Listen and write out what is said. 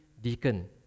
deacon